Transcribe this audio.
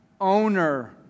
owner